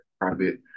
private